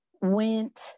went